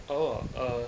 oh err